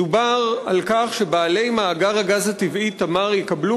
מדובר על כך שבעלי מאגר הגז הטבעי "תמר" יקבלו